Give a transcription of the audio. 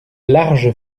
large